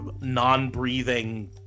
non-breathing